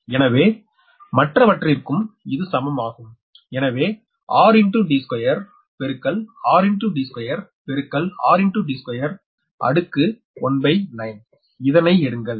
எனவே மற்றவற்றிற்கும் இது சமம் ஆகும் எனவே 19 இதனை எடுங்கள்